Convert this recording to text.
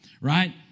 right